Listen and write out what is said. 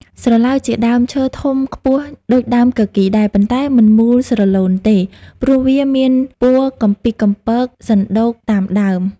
ស្រឡៅជាដើមឈើធំខ្ពស់ដូចដើមគគីរដែរ ប៉ុន្តែមិនមូលស្រលូនទេ ព្រោះវាមានពួរកំពីកកំពកសណ្តូកតាមដើម។